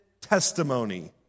testimony